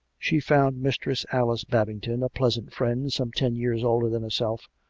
she found mistress alice babington a pleasant friend, some ten years older than herself,